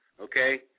Okay